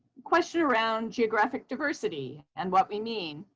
question around geographic diversity. and what we mean.